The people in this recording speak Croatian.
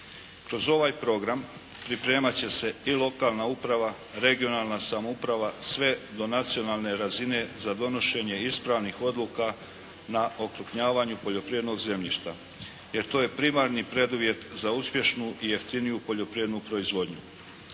Kroz ovaj program pripremati će se i lokalna uprava, regionalna samouprava sve do nacionalne razine za donošenje ispravnih odluka na okrupnjavanju poljoprivrednog zemljišta. Jer to je primarni preduvjet za uspješnu i jeftiniju poljoprivrednu proizvodnju.